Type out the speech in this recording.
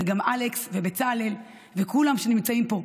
וגם אלכס ובצלאל וכולם שנמצאים פה,